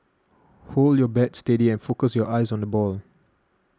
hold your bat steady and focus your eyes on the ball